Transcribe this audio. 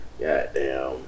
Goddamn